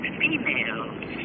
females